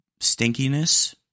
stinkiness